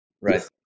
Right